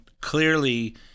clearly